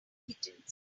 kittens